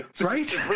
Right